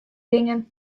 dingen